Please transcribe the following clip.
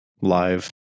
live